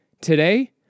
Today